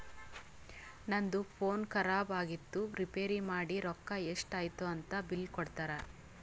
ನಂದು ಫೋನ್ ಖರಾಬ್ ಆಗಿತ್ತು ರಿಪೇರ್ ಮಾಡಿ ರೊಕ್ಕಾ ಎಷ್ಟ ಐಯ್ತ ಅಂತ್ ಬಿಲ್ ಕೊಡ್ತಾರ್